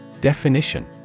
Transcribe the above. Definition